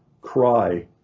cry